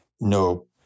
no